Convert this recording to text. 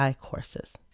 courses